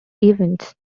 events